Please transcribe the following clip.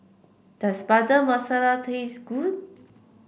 does Butter Masala taste good